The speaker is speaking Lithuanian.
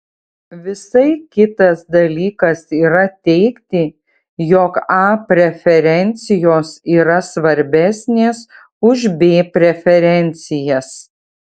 visai kitas dalykas yra teigti jog a preferencijos yra svarbesnės už b preferencijas